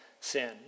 sin